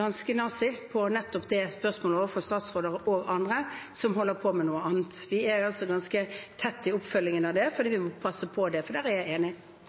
ganske nazi på nettopp det spørsmålet overfor statsråder og andre som holder på med noe annet. Vi følger altså dette ganske tett, for vi må passe på det. Der er jeg enig.